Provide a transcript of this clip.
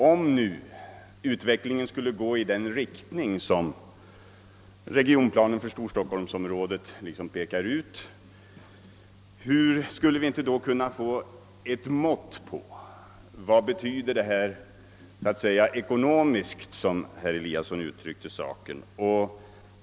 Om nu utvecklingen skulle gå i der riktning som regionplanen för storstockholmsområdet pekar ut, skulle vi inte då kunna få ett mått på vad det betyder ekonomiskt, som herr Eliasson uttrycker saken?